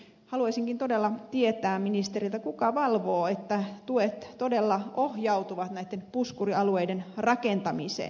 haluaisinkin todella saada ministeriltä tiedon kuka valvoo että tuet todella ohjautuvat näitten puskurialueiden rakentamiseen